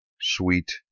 sweet